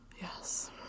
Yes